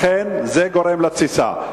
לכן זה גורם לתסיסה.